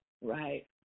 Right